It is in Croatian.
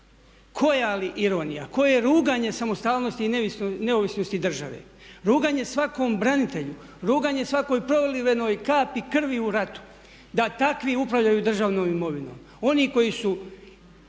Koja li ironija! Koje ruganje samostalnosti i neovisnosti države! Ruganje svakom branitelju, ruganje svakoj prolivenoj kapi krvi u ratu, da takvi upravljaju državnom imovinom. Oni koji su